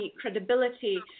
credibility